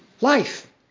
Life